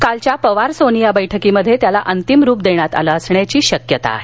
कालच्या पवार सोनिया बैठकीत त्याला अंतिम रूप देण्यात आलं असण्याची शक्यता आहे